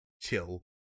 chill